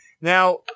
Now